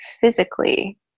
physically